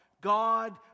God